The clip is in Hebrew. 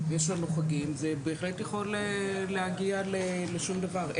ויש לנו חגים, זה בהחלט יכול להגיע לשום דבר.